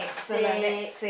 six